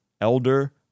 elder